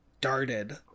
darted